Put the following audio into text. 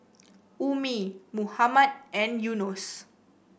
Ummi Muhammad and Yunos